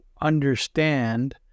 understand